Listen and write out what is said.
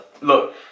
Look